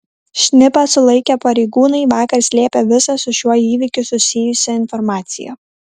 šnipą sulaikę pareigūnai vakar slėpė visą su šiuo įvykiu susijusią informaciją